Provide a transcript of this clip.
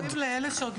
אלא,